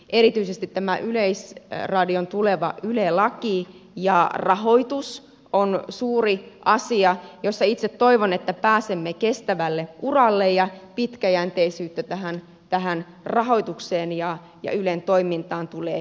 erityisesti tämä yleisradion tuleva yle laki ja rahoitus on suuri asia jossa itse toivon että pääsemme kestävälle uralle ja pitkäjänteisyyttä tähän rahoitukseen ja ylen toimintaan tulee lisää